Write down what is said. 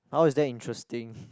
how is that interesting